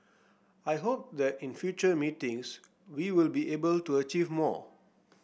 I hope that in future meetings we will be able to achieve more